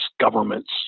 governments